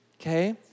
Okay